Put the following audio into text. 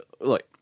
look